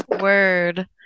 word